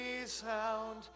resound